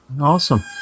Awesome